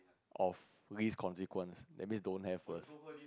of least consequence that means don't have first